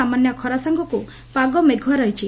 ସାମାନ୍ୟ ଖରା ସାଙ୍ଗକୁ ପାଗ ମେଘ୍ବଆ ରହିଛି